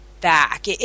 Back